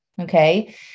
okay